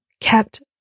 kept